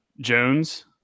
Jones